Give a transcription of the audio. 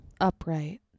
Upright